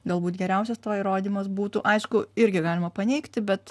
galbūt geriausias to įrodymas būtų aišku irgi galima paneigti bet